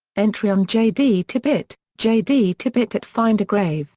entry on j d. tippit j. d. tippit at find a grave